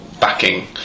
backing